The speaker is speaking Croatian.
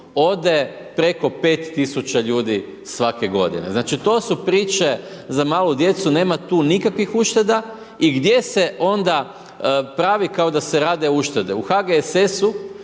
ode preko 5000 ljudi svake g. Znači to su priče za malu djecu, nema tu nikakvih ušteda i gdje se onda pravi kao da se rade uštede? U HGSS-u,